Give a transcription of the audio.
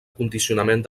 condicionament